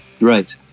Right